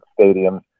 stadiums